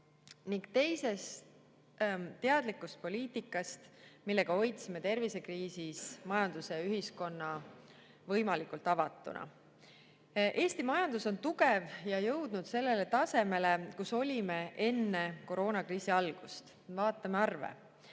ning teiseks, teadlikust poliitikast, millega hoidsime tervisekriisis majanduse ja ühiskonna võimalikult avatuna. Eesti majandus on tugev ja jõudnud sellele tasemele, kus olime enne koroonakriisi algust. Vaatame arve.